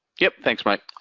yup, thanks mike.